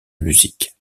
musique